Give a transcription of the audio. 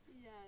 yes